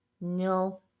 no